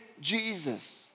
Jesus